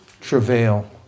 Travail